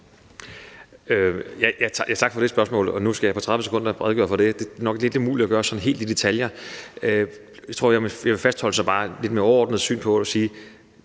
Tak for det spørgsmål. Nu skal jeg på 30 sekunder redegøre for det, og det er nok lidt umuligt at gøre sådan helt i detaljer. Så jeg tror, jeg bare vil fastholde et lidt mere overordnet syn på det og